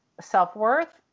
self-worth